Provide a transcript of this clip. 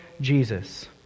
Jesus